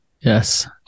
Yes